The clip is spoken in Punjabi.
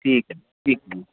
ਠੀਕ ਹੈ ਠੀਕ ਜੀ